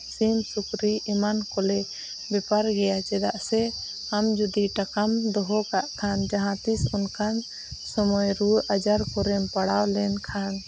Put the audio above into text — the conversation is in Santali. ᱥᱤᱢ ᱥᱩᱠᱨᱤ ᱮᱢᱟᱱ ᱠᱚᱞᱮ ᱵᱮᱯᱟᱨ ᱜᱮᱭᱟ ᱪᱮᱫᱟᱜ ᱥᱮ ᱟᱢ ᱡᱩᱫᱤ ᱴᱟᱠᱟᱢ ᱫᱚᱦᱚ ᱠᱚᱜ ᱠᱷᱟᱱ ᱡᱟᱦᱟᱸ ᱛᱤᱥ ᱚᱱᱠᱟᱱ ᱥᱚᱢᱚᱭ ᱨᱩᱣᱟᱹᱜ ᱟᱡᱟᱨ ᱠᱚᱨᱮᱢ ᱯᱟᱲᱟᱣ ᱞᱮᱱᱠᱷᱟᱱ